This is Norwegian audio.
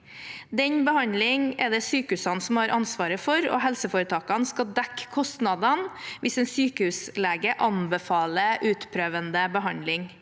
Den behandlingen er det sykehusene som har ansvaret for, og helseforetaket skal dekke kostnadene hvis en sykehuslege anbefaler utprøvende behandling.